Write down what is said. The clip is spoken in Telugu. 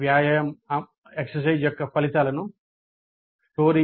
వ్యాయామం యొక్క ఫలితాలను story